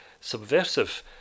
subversive